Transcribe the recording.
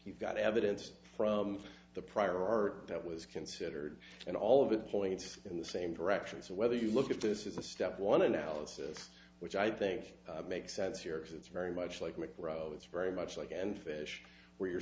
you've got evidence from the prior art that was considered and all of it points in the same direction so whether you look at this is a step one analysis which i think makes sense here because it's very much like macpro it's very much like and fish where you